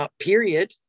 Period